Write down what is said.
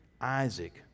Isaac